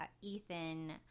Ethan